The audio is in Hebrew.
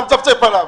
אתה מצפצף עליו.